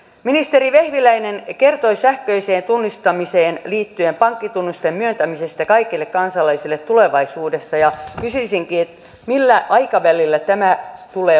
ministeri vehviläinen kertoi sähköiseen tunnistamiseen liittyen pankkitunnusten myöntämisestä kaikille kansalaisille tulevaisuudessa ja kysyisinkin millä aikavälillä tämä tulee mahdolliseksi